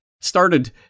started